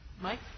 Mike